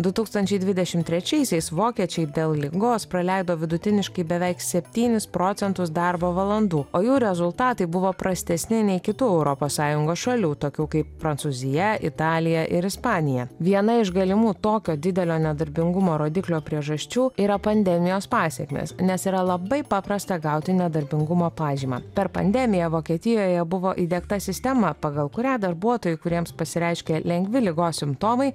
du tūkstančiai dvidešim trečiaisiais vokiečiai dėl ligos praleido vidutiniškai beveik septynis procentus darbo valandų o jų rezultatai buvo prastesni nei kitų europos sąjungos šalių tokių kaip prancūzija italija ir ispanija viena iš galimų tokio didelio nedarbingumo rodiklio priežasčių yra pandemijos pasekmės nes yra labai paprasta gauti nedarbingumo pažymą per pandemiją vokietijoje buvo įdiegta sistema pagal kurią darbuotojai kuriems pasireiškia lengvi ligos simptomai